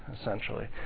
essentially